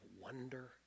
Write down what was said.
wonder